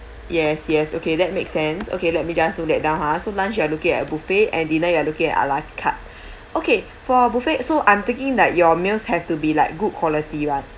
yes yes okay that make sense okay let me just note that down ha so lunch you are looking at buffet and dinner you looking at a la carte okay for buffet so I'm thinking that your meals have to be like good quality [one]